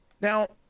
Now